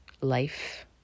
life